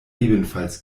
ebenfalls